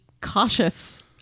cautious